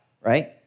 right